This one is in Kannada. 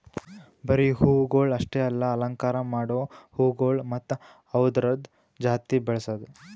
ಬರೀ ಹೂವುಗೊಳ್ ಅಷ್ಟೆ ಅಲ್ಲಾ ಅಲಂಕಾರ ಮಾಡೋ ಹೂಗೊಳ್ ಮತ್ತ ಅವ್ದುರದ್ ಜಾತಿ ಬೆಳಸದ್